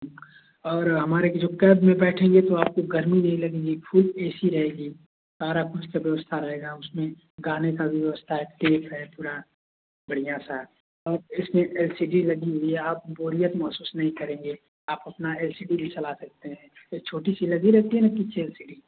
और हमारे में बैठेंगे तो आप को गर्मी नहीं लगेगी फूल ऐसी रहेंगे सारा कुछ का व्यवस्था रहेगा उसमें गाने का भी व्यवस्था है ठीक है पुरा बढ़िया सा और एल सी डी लगी हुई है आप बोरियत महसूस नहीं करेंगे आप अपना एल सी डी भी चल सकते हैं छोटी सी लगी रहती हैं ना किचेन सी